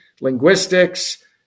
linguistics